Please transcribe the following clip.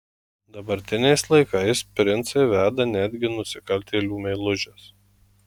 dabartiniais laikais princai veda netgi nusikaltėlių meilužes